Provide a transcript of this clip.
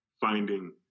finding